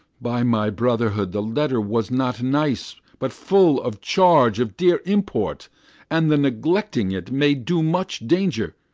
by my brotherhood, the letter was not nice, but full of charge of dear import and the neglecting it may do much danger.